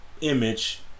image